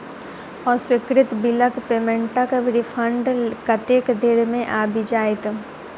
अस्वीकृत बिलक पेमेन्टक रिफन्ड कतेक देर मे आबि जाइत?